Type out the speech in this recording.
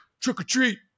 trick-or-treat